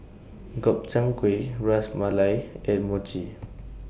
Gobchang Gui Ras Malai and Mochi